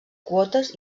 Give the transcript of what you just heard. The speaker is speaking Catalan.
quotes